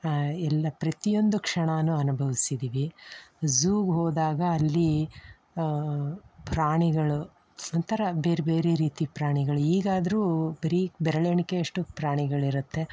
ಎಲ್ಲ ಪ್ರತಿಯೊಂದು ಕ್ಷಣಾನೂ ಅನುಭವಿಸಿದ್ದೀವಿ ಝೂಗೆ ಹೋದಾಗ ಅಲ್ಲಿ ಪ್ರಾಣಿಗಳು ಒಂಥರ ಬೇರೆ ಬೇರೆ ರೀತಿ ಪ್ರಾಣಿಗಳು ಈಗಾದರೂ ಬರೀ ಬೆರಳೆಣಿಕೆಯಷ್ಟು ಪ್ರಾಣಿಗಳು ಇರುತ್ತೆ